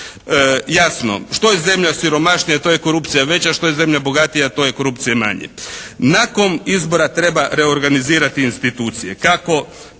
Jasno, što je zemlja siromašnija to je korupcija veća. Što je zemlja bogatija to je korupcije manje. Nakon izbora treba reorganizirati institucije. Kako?